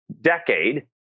decade